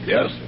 Yes